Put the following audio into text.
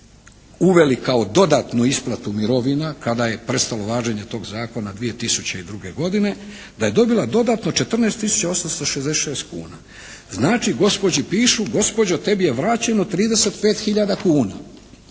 uveli kao dodatnu isplatu mirovina kada je prestalo važenje tog zakona 2002. godine, da je dobila dodatno 14 tisuća 866 kuna. Znači gospođi pišu, gospođo tebi je vraćeno 35 hiljada